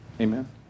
Amen